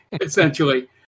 essentially